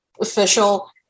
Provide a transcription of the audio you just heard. official